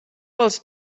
pels